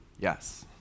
Yes